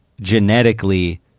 genetically